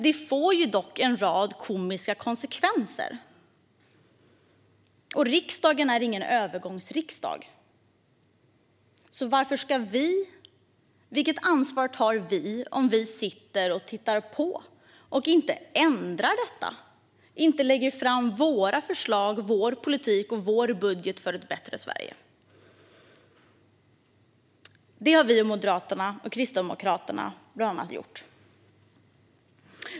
Det får dock en rad komiska konsekvenser. Och riksdagen är ingen övergångsriksdag, så vilket ansvar tar vi om vi sitter och tittar på och inte ändrar detta, inte lägger fram våra förslag, vår politik och vår budget för ett bättre Sverige? Det har vi i Moderaterna och Kristdemokraterna gjort.